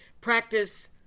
practice